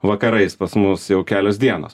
vakarais pas mus jau kelios dienos